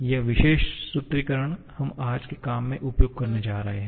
यह विशेष सूत्रीकरण हम आज के काम में उपयोग करने जा रहे हैं